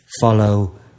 follow